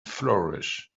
flourish